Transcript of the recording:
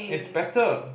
it's better